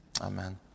Amen